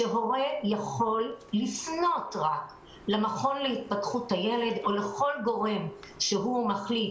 שאומר שהורה יוכל לפנות למכון להתפתחות הילד או לכל גורם מוסמך